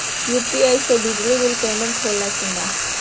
UPI से बिजली bill payment होला कि न?